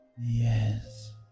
Yes